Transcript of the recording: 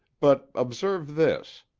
but observe this.